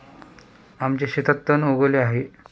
आमच्या शेतात तण उगवले आहे